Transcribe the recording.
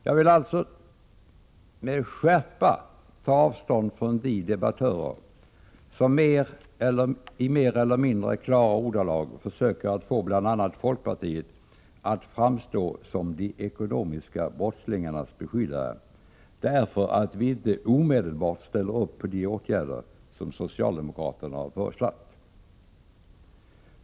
Jag vill alltså med skärpa ta avstånd från de debattörer som i mer eller mindre klara ordalag försöker att få bl.a. oss i folkpartiet att framstå som de ekonomiska brottslingarnas beskyddare därför att vi inte omedelbart ställer upp på de åtgärder som socialdemokraterna har föreslagit.